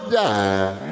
die